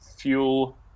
fuel